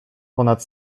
ponad